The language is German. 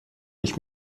ich